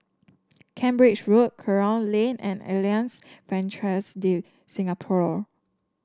Cambridge Road Kerong Lane and Alliance Francaise de Singapour